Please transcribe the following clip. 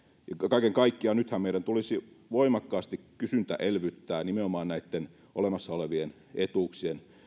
kaiken kaikkiaan nythän meidän tulisi voimakkaasti kysyntää elvyttää nimenomaan näitten olemassa olevien etuuksien